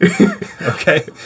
Okay